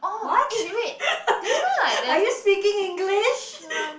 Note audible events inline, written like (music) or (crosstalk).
what (laughs) are you speaking English